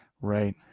Right